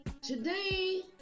today